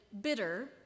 bitter